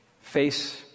face